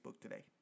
today